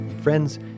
Friends